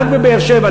רק בבאר-שבע,